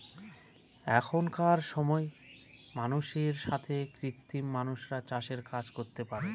এখনকার সময় মানুষের সাথে কৃত্রিম মানুষরা চাষের কাজ করতে পারে